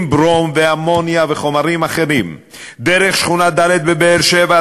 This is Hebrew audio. ברום ואמוניה וחומרים אחרים דרך שכונה ד' בבאר-שבע,